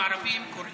שלוש דקות.